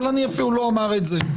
אבל אני אפילו לא אמר את זה.